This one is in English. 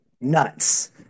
nuts